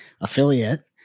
affiliate